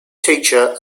teacher